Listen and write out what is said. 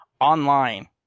online